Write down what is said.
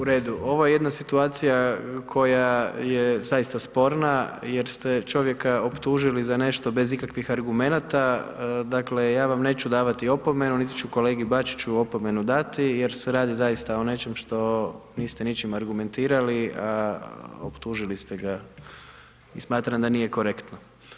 U redu, ovo je jedna situacija koja je zaista sporna, jer ste čovjeka optužili za nešto bez ikakvih argumenata, dakle, ja vam neću davati opomenu, niti ću kolegi Bačiću opomenu dati, jer se radi zaista o nečem što niste ničim argumentirali, a optužili ste ga i smatram da nije korektno.